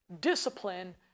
discipline